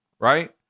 right